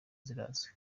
zirazwi